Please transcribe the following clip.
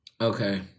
Okay